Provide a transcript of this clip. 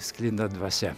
sklinda dvasia